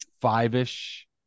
five-ish